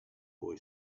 boy